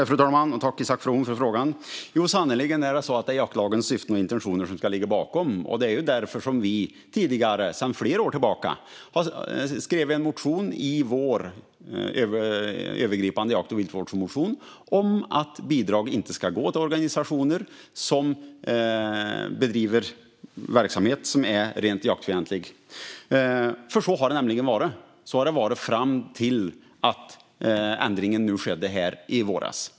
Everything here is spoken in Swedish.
Fru talman! Tack, Isak From, för frågan! Jo, det är sannerligen jaktlagens syften och intentioner som ska ligga bakom. Det är därför som vi för flera år sedan skrev ett förslag i vår övergripande jakt och viltvårdsmotion om att bidrag inte ska gå till organisationer som bedriver verksamhet som är rent jaktfientlig. Så har det nämligen varit fram till att ändringen skedde i våras.